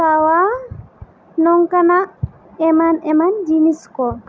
ᱛᱟᱣᱟ ᱱᱚᱝᱠᱟᱱᱟᱜ ᱮᱢᱟᱱ ᱮᱢᱟᱱ ᱡᱤᱱᱤᱥ ᱠᱚ